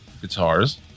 guitars